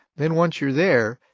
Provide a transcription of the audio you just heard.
then once you're there,